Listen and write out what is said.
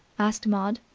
asked maud.